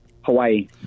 Hawaii